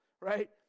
right